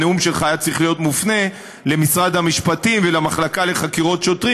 הנאום שלך היה צריך להיות מופנה למשרד המשפטים ולמחלקה לחקירת שוטרים,